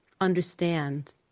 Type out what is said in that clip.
understand